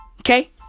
Okay